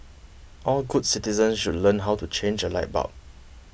all good citizens should learn how to change a light bulb